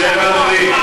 שב, אדוני.